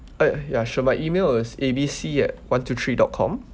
uh ya sure my email is A B C at one two three dot com